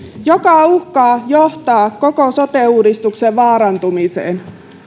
joka uhkaa johtaa koko sote uudistuksen vaarantumiseen